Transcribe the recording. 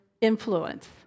influence